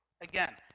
Again